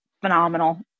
phenomenal